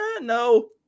no